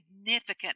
significant